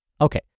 Okay